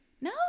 no